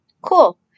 cool